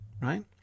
right